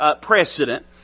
precedent